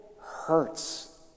hurts